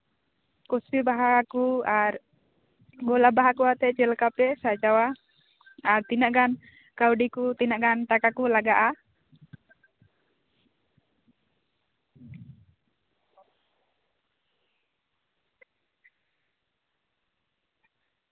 ᱠᱩᱥᱱᱤ ᱵᱟᱦᱟ ᱠᱚ ᱟᱨ ᱜᱳᱞᱟᱯ ᱵᱟᱦᱟ ᱠᱚ ᱟᱛᱮ ᱪᱮᱫᱞᱮᱠᱟ ᱯᱮ ᱥᱟᱡᱟᱣᱟ ᱟᱨ ᱛᱤᱱᱟᱹᱜ ᱜᱟᱱ ᱠᱟᱹᱣᱰᱤ ᱠᱚ ᱛᱤᱱᱟᱹᱜ ᱜᱟᱱ ᱴᱟᱠᱟ ᱠᱚ ᱞᱟᱜᱟᱜᱼᱟ